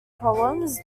problems